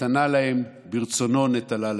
נתנה להם, ברצונו נטלה מהם".